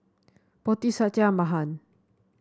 Potti Satya Mahan